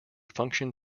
function